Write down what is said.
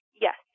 Yes